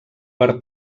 per